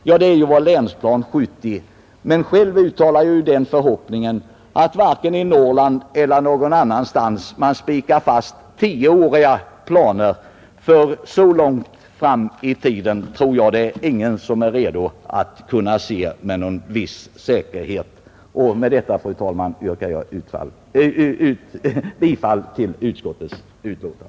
Det är ju vad som står i Länsplan 1970. Men själv uttalar jag den förhoppningen att man varken i Norrland eller någon annanstans spikar fast tioåriga planer. Jag tror inte att någon är redo att med säkerhet se så långt fram i tiden. Med detta, fru talman, yrkar jag bifall till utskottets hemställan.